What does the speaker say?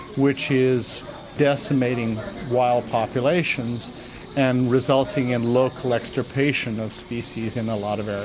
which is decimating wild populations and resulting in local extirpation of species in a lot of ah